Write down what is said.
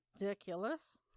ridiculous